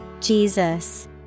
Jesus